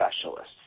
specialists